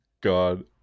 God